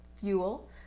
fuel